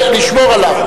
לשמור עליו,